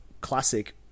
classic